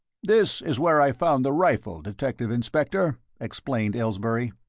this is where i found the rifle, detective-inspector, explained aylesbury.